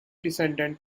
descended